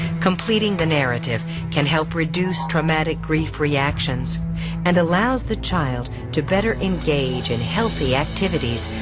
completing the narrative can help reduce traumatic grief reactions and allow the child to better engage in healthy activities,